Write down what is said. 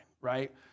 right